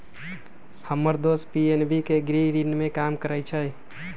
हम्मर दोस पी.एन.बी के गृह ऋण में काम करइ छई